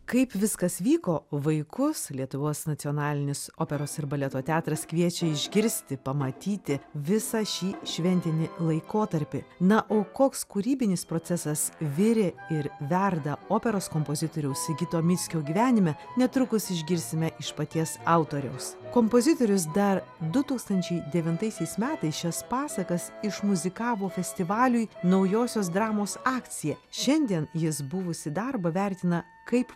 kaip viskas vyko vaikus lietuvos nacionalinis operos ir baleto teatras kviečia išgirsti pamatyti visą šį šventinį laikotarpį na o koks kūrybinis procesas virė ir verda operos kompozitoriaus sigito mickio gyvenime netrukus išgirsime iš paties autoriaus kompozitorius dar du tūkstančiai devintaisiais metais šias pasakas išmuzikavo festivaliui naujosios dramos akcija šiandien jis buvusį darbą vertina kaip